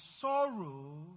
sorrow